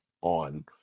on